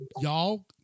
Y'all